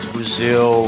Brazil